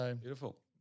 Beautiful